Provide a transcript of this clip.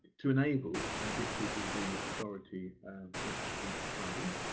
to enable and give people the authority to actually travel.